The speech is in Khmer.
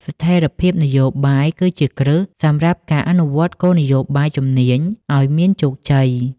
ស្ថិរភាពនយោបាយគឺជាគ្រឹះសម្រាប់ការអនុវត្តគោលនយោបាយជំនាញឱ្យមានជោគជ័យ។